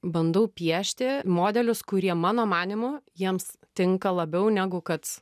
bandau piešti modelius kurie mano manymu jiems tinka labiau negu kad